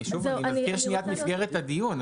אני מזכיר שנייה את מסגרת הדיון.